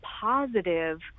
positive